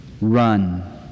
run